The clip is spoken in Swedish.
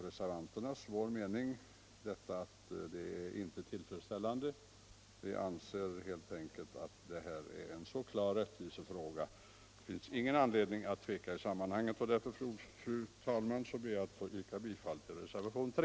Reservanterna anser att detta är en så klar rättvisefråga att det inte finns anledning att acceptera en ytterligare fördröjning av frågans lösning. Därför ber jag, fru talman, att få yrka bifall till reservationen 3.